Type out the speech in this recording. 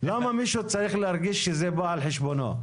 למה מישהו צריך להרגיש שזה בא על חשבונו?